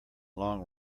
long